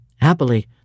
Happily